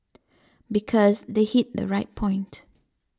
because they hit the right point